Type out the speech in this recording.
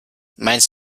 meinst